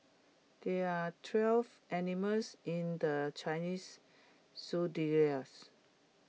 there are twelve animals in the Chinese Zodiac